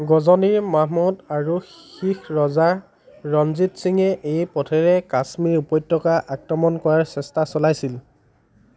গজনীৰ মাহমুদ আৰু শিখ ৰজা ৰঞ্জিত সিঙে এই পথেৰে কাশ্মীৰ উপত্যকা আক্ৰমণ কৰাৰ চেষ্টা চলাইছিল